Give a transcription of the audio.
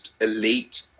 elite